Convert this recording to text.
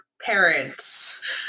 parents